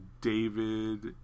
David